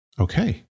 Okay